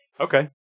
Okay